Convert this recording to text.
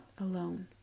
alone